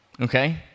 okay